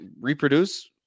reproduce